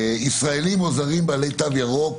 ישראלים או זרים בעלי תו ירוק